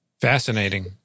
Fascinating